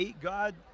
God